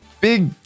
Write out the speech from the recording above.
big